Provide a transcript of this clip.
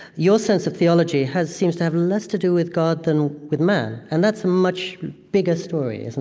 your sense of theology has seems to have less to do with god than with man. and that's a much bigger story, isn't